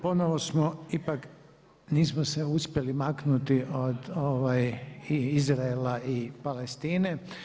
Ponovno smo ipak, nismo se uspjeli maknuti od Izraela i Palestine.